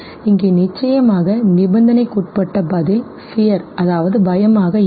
இங்கே நிச்சயமாக நிபந்தனைக்குட்பட்ட பதில் fear ஆக இருக்கும்